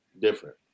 different